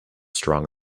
strong